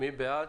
מי בעד?